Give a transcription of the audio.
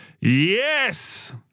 Yes